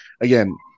again